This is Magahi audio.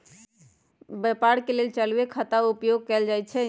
व्यापार के लेल चालूये खता के उपयोग कएल जाइ छइ